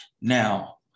Now